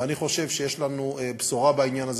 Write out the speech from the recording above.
ואני חושב שיש לנו בשורה בעניין הזה,